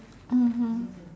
mmhmm